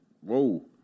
whoa